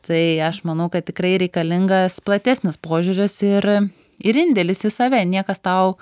tai aš manau kad tikrai reikalingas platesnis požiūris ir ir indėlis į save niekas tau